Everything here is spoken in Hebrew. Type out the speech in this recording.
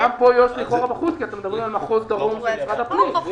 אז גם פה יו"ש לכאורה בחוץ כי אתם מדברים על מחוז דרום במשרד הפנים.